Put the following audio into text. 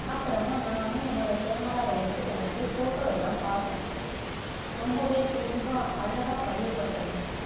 அப்புறமா நானும் என்னோடய கேமராவை எடுத்துகிட்டு வந்து ஃபோட்டோ எல்லாம் பார்த்தேன் ரொம்பவே தெளிவாக அழகாக பதியப்பட்டுருந்திச்சு